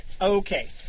Okay